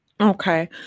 Okay